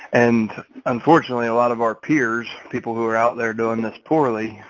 and unfortunately, a lot of our peers, people who are out there doing this poorly,